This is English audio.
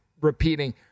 repeating